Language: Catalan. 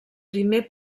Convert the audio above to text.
primer